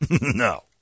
No